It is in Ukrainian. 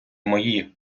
мої